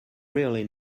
really